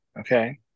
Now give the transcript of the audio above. Okay